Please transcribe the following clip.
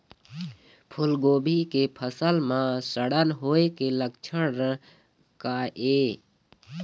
फूलगोभी के फसल म सड़न होय के लक्षण का ये?